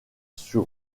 sur